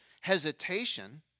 hesitation